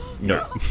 No